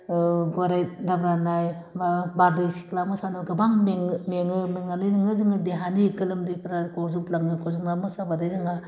गराइ दाब्रानाय बा बारदै सिख्ला मोसानायाव गोबां में मेङो मेंनानै जोंनि देहानि गोलोमदैफ्रा गजोब लाङो गजोबनानै मोसाबाथाइ नोंहा